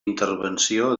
intervenció